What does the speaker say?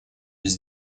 без